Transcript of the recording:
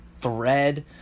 thread